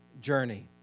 journey